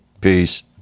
peace